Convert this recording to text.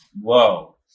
whoa